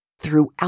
throughout